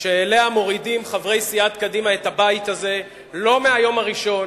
שאליה מורידים חברי סיעת קדימה את הבית הזה לא מהיום הראשון